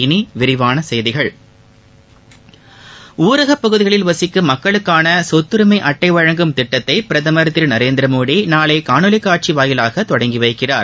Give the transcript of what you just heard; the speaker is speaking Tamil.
இனி விரிவான செய்திகள் ஊரகப் பகுதிகளில் வசிக்கும் மக்களுக்கான சொத்தரிமை அட்டை வழங்கும் திட்டத்தை பிரதமா் திரு நரேந்திரமோடி நாளை காணொலி காட்சி வாயிலாக தொடங்கி வைக்கிறார்